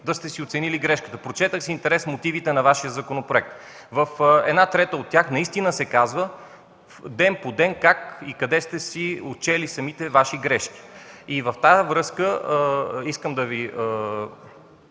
да сте си оценили грешката. Прочетох с интерес мотивите на Вашия законопроект. В една трета от тях наистина се казва ден по ден как и къде сте си отчели Вашите грешки. В тази връзка усилията